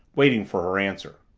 waiting for her answer.